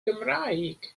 gymraeg